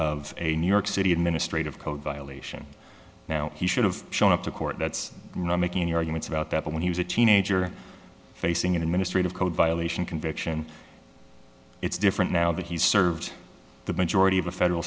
of a new york city administrative code violation now he should've shown up to court that's not making any arguments about that but when he was a teenager facing an administrative code violation conviction it's different now that he's served the majority of a federal